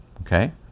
okay